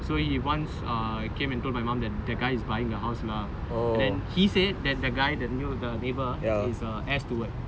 so he once came and told my mum that the guy is buying a house and then he said that the guy that new the neighbour is an air steward